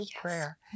prayer